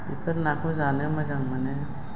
बिफोर नाखौ जानो मोजां मोनो